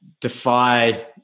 defy